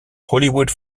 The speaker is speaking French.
hollywood